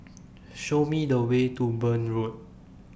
Show Me The Way to Burn Road